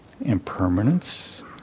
impermanence